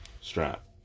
strap